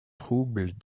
troubles